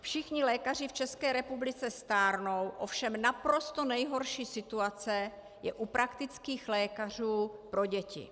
Všichni lékaři v České republice stárnou, ovšem naprosto nejhorší situace je u praktických lékařů pro děti.